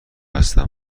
هستم